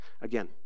Again